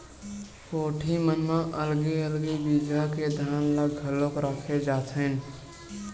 कोठी मन म अलगे अलगे बिजहा के धान ल घलोक राखे जाथेन